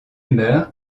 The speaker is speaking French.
meurt